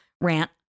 rant